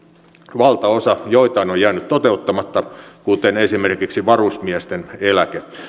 valtaosa joitain on jäänyt toteuttamatta kuten esimerkiksi varusmiesten eläke